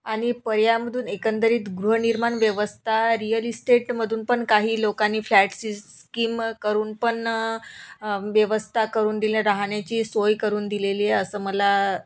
आणि पर्यायमधून एकंदरीत गृहनिर्माण व्यवस्था रिअल इस्टेटमधून पण काही लोकांनी फ्लॅटची स्कीम करून पण व्यवस्था करून दिली राहण्याची सोय करून दिलेली आहे असं मला